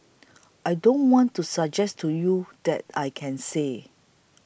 I don't want to suggest to you that I can say